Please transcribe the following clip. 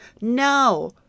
No